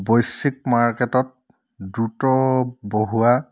বৈশিক মাৰ্কেটত দ্ৰুত বঢ়োৱা